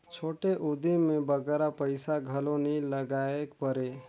छोटे उदिम में बगरा पइसा घलो नी लगाएक परे